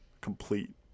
complete